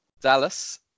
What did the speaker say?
Dallas